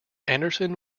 anderson